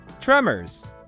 Tremors